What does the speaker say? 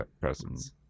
presence